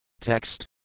Text